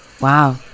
Wow